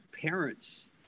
parents